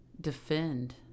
defend